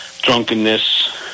drunkenness